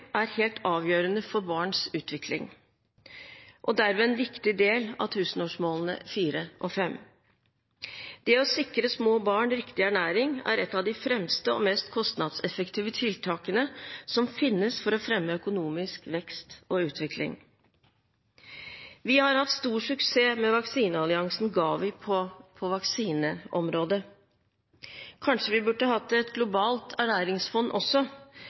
er helt avgjørende for barns utvikling og derved en viktig del av tusenårsmålene nr. 4 og 5. Det å sikre små barn riktig ernæring er et av de fremste og mest kostnadseffektive tiltakene som finnes for å fremme økonomisk vekst og utvikling. Vi har hatt stor suksess med vaksinealliansen GAVI på vaksineområdet. Kanskje vi også burde hatt et globalt ernæringsfond,